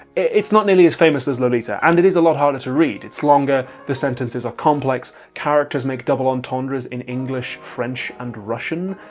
it's not nearly as famous as lolita and it is a lot harder to read it's longer, the sentences are complex, characters make double-entendres in english, french and russian,